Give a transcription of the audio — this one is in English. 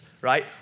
right